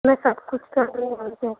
میں سب کچھ کر رہی ہوں میں تو